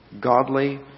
godly